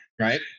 right